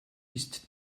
ist